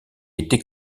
était